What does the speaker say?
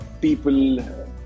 people